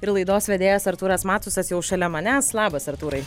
ir laidos vedėjas artūras matusas jau šalia manęs labas artūrai